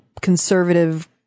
conservative